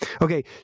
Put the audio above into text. Okay